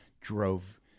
drove